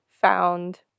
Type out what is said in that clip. found